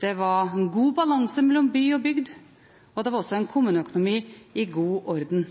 det var god balanse mellom by og bygd, og det var også en kommuneøkonomi i god orden.